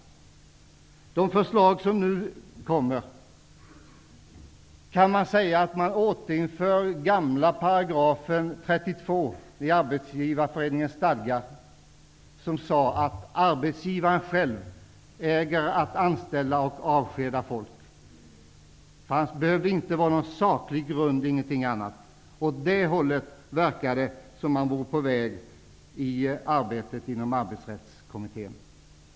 Om de förslag som nu kommer att läggas fram, kan man säga att den gamla § 32 återinförs i Arbetsgivareföreningens stadgar, där det sades att arbetsgivaren själv äger att anställa och avskeda folk. Det behövde inte finnas någon saklig grund eller något annat. Det verkar som om Arbetsrättskommittén vore på väg åt det hållet.